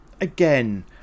again